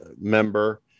member